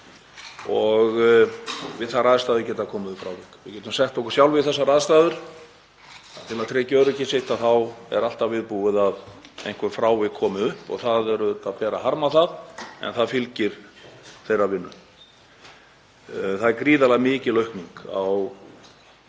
og við þær aðstæður geta komið upp frávik. Við getum sett okkur sjálf í þessar aðstæður, að til að tryggja öryggi sitt þá er alltaf viðbúið að einhver frávik komi upp. Það ber auðvitað að harma það en það fylgir þeirra vinnu. Það er gríðarlega mikil aukning á